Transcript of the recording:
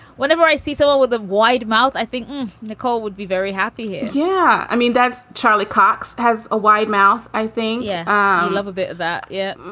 whenever i see someone with a wide mouth, i think nicole would be very happy. yeah. i mean, that's charlie cox has a wide mouth i thing. yeah. i love about that. yeah